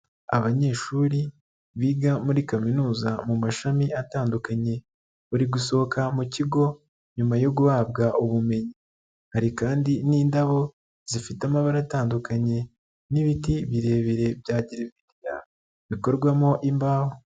Abanyeshuri biga muri kaminuza mu mashami atandukanye, bari gusohoka mu kigo nyuma yo guhabwa ubumenyi, hari kandi n'indabo zifite amabara atandukanye n'ibiti birebire byagereveriya bikorwamo imbaho.